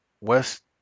West